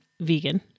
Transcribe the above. vegan